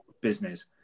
business